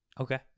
Okay